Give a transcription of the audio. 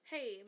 Hey